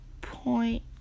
point